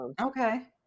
Okay